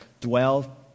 dwell